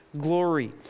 glory